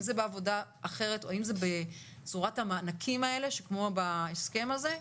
אם זה בעבודה אחרת או אם זה בצורת המענקים האלה כמו בהסכם הזה,